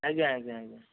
ଆଜ୍ଞା ଆଜ୍ଞା ଆଜ୍ଞା